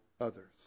others